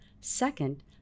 Second